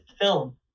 film